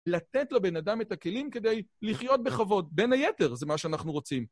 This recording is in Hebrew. לתת לבן אדם את הכלים כדי לחיות בכבוד, בין היתר זה מה שאנחנו רוצים.